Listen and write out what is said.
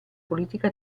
politica